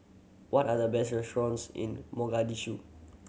what are the best restaurants in Mogadishu